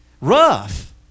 rough